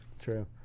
True